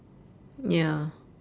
ya